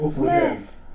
Yes